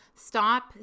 stop